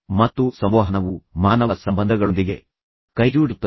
ಮತ್ತು ಸಂವಹನವು ಮಾನವ ಸಂಬಂಧಗಳೊಂದಿಗೆ ಕೈಜೋಡಿಸುತ್ತದೆ